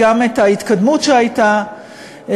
גם את ההתקדמות שהייתה,